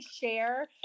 share